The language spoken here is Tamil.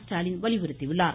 ஸ்டாலின் வலியுறுத்தியுள்ளார்